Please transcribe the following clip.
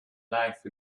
life